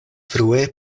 frue